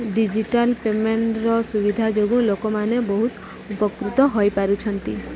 digital ପେମେଣ୍ଟର ସୁବିଧା ଯୋଗୁଁ ଲୋକମାନେ ବହୁତ ଉପକୃତ ହୋଇପାରୁଛନ୍ତି